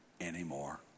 anymore